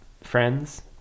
friends